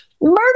Murder